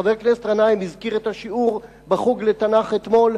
חבר הכנסת גנאים הזכיר את השיעור בחוג לתנ"ך אתמול,